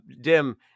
Dim